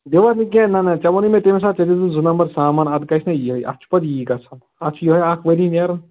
دیوار نہٕ کیٚنٛہہ نہَ نہَ ژےٚ ووٚنُو مےٚ تَمے ساتہٕ ژےٚ دِتیُتھ زٕ نَمبر سامان اتھ گژھِ نا یِہےَ اتھ چھُ پَتہٕ یی گژھان اتھ چھُ یہَے اکھ ؤری نیٚران